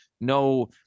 no